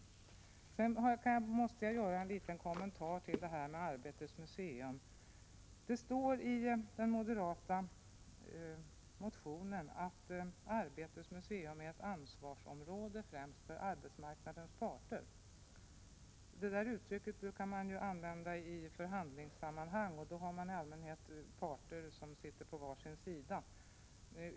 18 mars 1987 Jag måste göra en liten kommentar till frågan om anslaget till detta Arbetets museum. Det står i den moderata motionen att Arbetets museum är ett ansvarsområde främst för arbetsmarknadens parter. Det uttrycket brukar man använda i förhandlingssammanhang, och då har man i allmänhet parter som sitter på var sin sida.